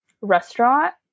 restaurant